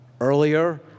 Earlier